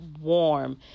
warm